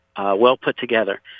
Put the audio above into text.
well-put-together